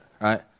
right